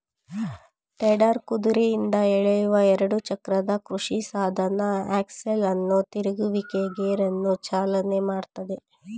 tedder ಕುದುರೆಯಿಂದ ಎಳೆಯುವ ಎರಡು ಚಕ್ರದ ಕೃಷಿಸಾಧನ ಆಕ್ಸೆಲ್ ಅನ್ನು ತಿರುಗುವಿಕೆ ಗೇರನ್ನು ಚಾಲನೆ ಮಾಡ್ತದೆ